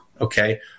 Okay